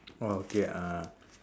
oh okay ah